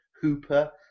Hooper